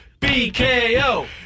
BKO